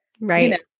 right